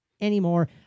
anymore